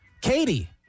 Katie